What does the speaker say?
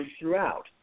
throughout